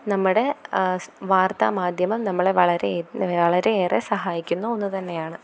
നമ്മുടെ വാർത്ത മാധ്യമം നമ്മളെ വളരെ വളരെ ഏറെ സഹായിക്കുന്ന ഒന്നുതന്നെയാണ്